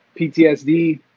PTSD